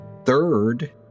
third